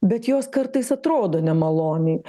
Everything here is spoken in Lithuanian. bet jos kartais atrodo nemaloniai